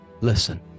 Listen